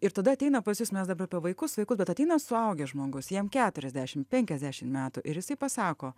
ir tada ateina pas jus mes dabar apie vaikus vaikus bet ateina suaugęs žmogus jam keturiasdešim penkiasdešim metų ir jisai pasako